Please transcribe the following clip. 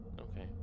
Okay